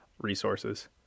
resources